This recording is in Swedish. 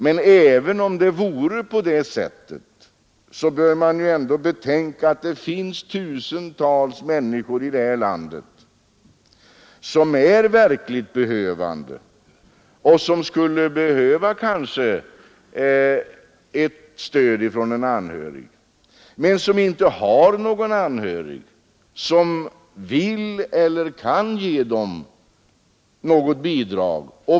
Men även om det vore på det sättet, bör man ändå betänka att det finns tusentals människor här i landet som är verkligt behövande, som kanske skulle behöva ett stöd från en anhörig men som inte har någon anhörig som vill eller kan ge dem något bidrag.